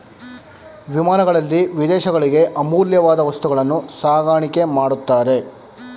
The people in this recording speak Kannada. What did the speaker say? ವಿಮಾನಗಳಲ್ಲಿ ವಿದೇಶಗಳಿಗೆ ಅಮೂಲ್ಯವಾದ ವಸ್ತುಗಳನ್ನು ಸಾಗಾಣಿಕೆ ಮಾಡುತ್ತಾರೆ